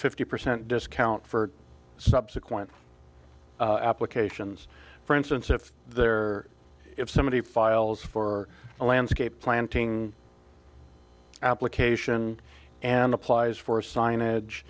fifty percent discount for subsequent applications for instance if they're if somebody files for a landscape planting application and applies for sign